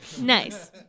Nice